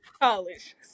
college